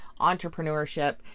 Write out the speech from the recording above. entrepreneurship